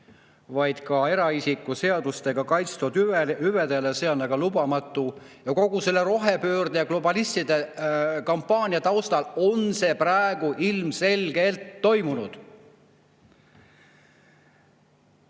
vaid ka eraisiku seadusega kaitstud hüvedele, aga see on lubamatu. Kogu selle rohepöörde ja globalistide kampaania taustal on see praegu ilmselgelt